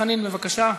חבר הכנסת חנין, בבקשה.